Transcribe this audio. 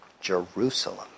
Jerusalem